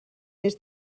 més